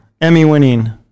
Emmy-winning